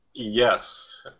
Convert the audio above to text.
Yes